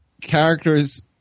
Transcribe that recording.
characters